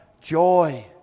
joy